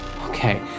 Okay